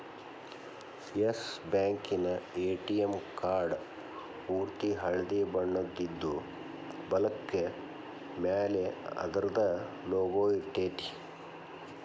S bank ATM card ಪೂರ್ತಿ ಹಳ್ದಿ ಬಣ್ಣದಿದ್ದು, ಬಲಕ್ಕ ಮ್ಯಾಲೆ ಅದರ್ದ್ ಲೊಗೊ ಇರ್ತೆತಿ